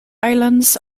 islands